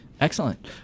Excellent